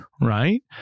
Right